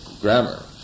grammar